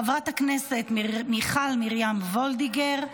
חברת הכנסת מיכל מרים וולדיגר,